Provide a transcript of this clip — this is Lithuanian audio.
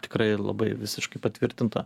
tikrai labai visiškai patvirtinta